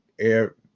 air